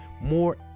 more